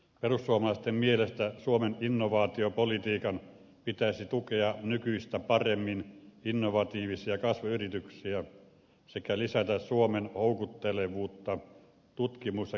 perussuomalaisten mielestä suomen innovaatiopolitiikan pitäisi tukea nykyistä paremmin innovatiivisia kasvuyrityksiä sekä lisätä suomen houkuttelevuutta tutkimus ja kehitysinvestointien kohdemaana